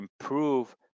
improve